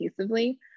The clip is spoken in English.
cohesively